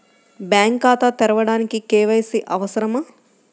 Bank ఖాతా తెరవడానికి KYC అవసరమా?